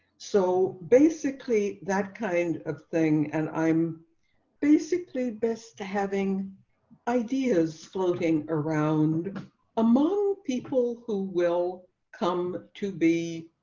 so basically, that kind of thing. and i'm basically best to having ideas floating around among people who will come to be